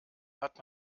hat